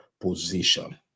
position